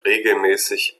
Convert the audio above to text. regelmäßig